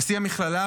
נשיא המכללה,